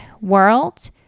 World